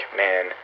man